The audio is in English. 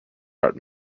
art